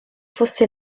fosse